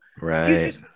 Right